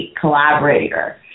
collaborator